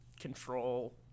control